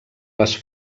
les